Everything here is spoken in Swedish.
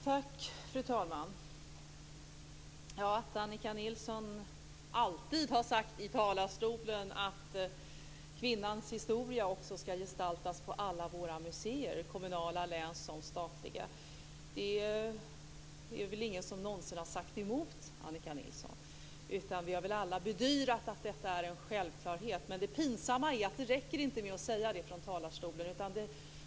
Fru talman! Annika Nilsson har alltid sagt i talarstolen att kvinnans historia ska gestaltas på alla våra museum - kommunala museer, länsmuseer och statliga museer. Det är väl ingen som någonsin har sagt emot Annika Nilsson. Vi har väl alla bedyrat att detta är en självklarhet. Det pinsamma är att det inte räcker med att säga det här från talarstolen.